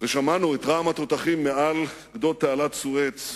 ושמענו את רעם התותחים מעל גדות תעלת סואץ.